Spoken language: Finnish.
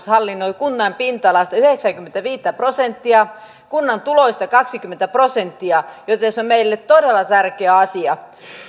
hallinnoi kunnan pinta alasta yhdeksääkymmentäviittä prosenttia kunnan tuloista kahtakymmentä prosenttia joten se on meille todella tärkeä asia